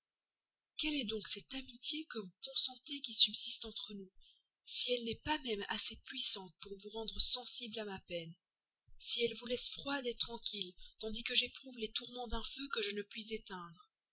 quelle est donc cette amitié que vous consentez qui subsiste entre nous si elle n'est pas même assez puissante pour vous rendre sensible à ma peine si elle vous laisse froide tranquille tandis que j'éprouve tous les tourments d'un feu que je ne puis éteindre